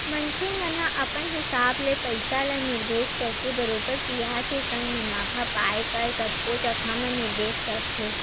मनखे मन ह अपन हिसाब ले पइसा ल निवेस करके बरोबर बियाज के संग मुनाफा पाय बर कतको जघा म निवेस करथे